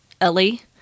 Ellie